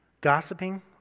gossiping